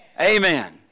Amen